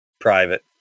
private